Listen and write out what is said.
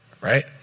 right